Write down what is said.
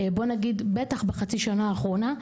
בוא נגיד בטח בחצי השנה האחרונה,